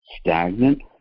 stagnant